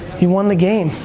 you won the game.